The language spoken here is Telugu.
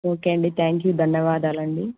ఓకే అండి థ్యాంక్ యూ ధన్యవాదాలండి